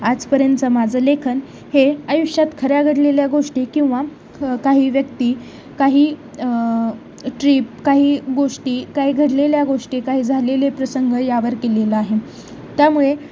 आजपर्यंतच माझं लेखन हे आयुष्यात खऱ्या घडलेल्या गोष्टी किंवा काही व्यक्ती काही ट्रीप काही गोष्टी काही घडलेल्या गोष्टी काही झालेले प्रसंग यावर केलेलं आहे त्यामुळे